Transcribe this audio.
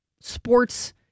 sports